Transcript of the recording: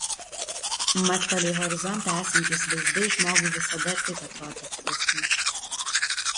mat palei horizontą esantys vaizdai žmogui visada ir taip atrodo didesni